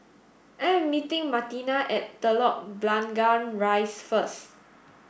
I am meeting Martina at Telok Blangah Rise first